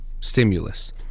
stimulus